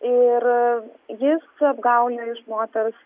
ir jis apgaule iš moters